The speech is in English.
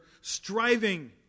striving